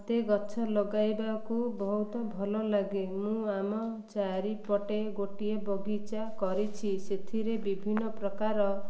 ମୋତେ ଗଛ ଲଗାଇବାକୁ ବହୁତ ଭଲ ଲାଗେ ମୁଁ ଆମ ଚାରିପଟେ ଗୋଟିଏ ବଗିଚା କରିଛି ସେଥିରେ ବିଭିନ୍ନ ପ୍ରକାର